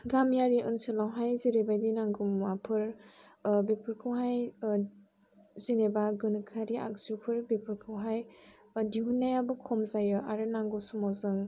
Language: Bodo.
गामियारि ओनसोलावहाय जेरैबायदि नांगौ मुवाफोर बेफोरखौहाय जेनेबा गोनोखोआरि आगजुफोर बेफोरखौहाय दिहुननायाबो खम जायो आरो नांगौ समाव जों